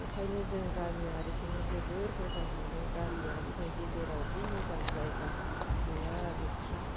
ओंखायनो जों गामियारिखौनो जोबोद मोजां मोनो गामियारि बायदि जेरावबो मोजां जायगा गैया आरोखि